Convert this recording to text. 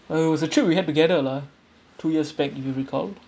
uh it was a trip we had together lah two years back if you recalled